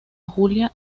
julia